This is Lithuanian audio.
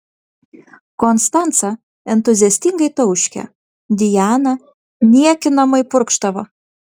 konstanca entuziastingai tauškė diana niekinamai purkštavo